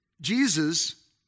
Jesus